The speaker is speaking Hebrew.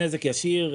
נזק ישיר,